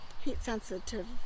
heat-sensitive